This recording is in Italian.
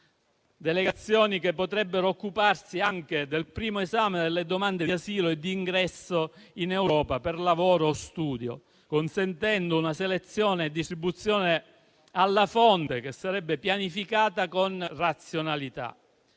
Delegazioni che potrebbero occuparsi anche del primo esame delle domande di asilo e di ingresso in Europa per lavoro o studio, consentendo una selezione e distribuzione alla fonte, che sarebbe pianificata con razionalità.